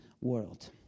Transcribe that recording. world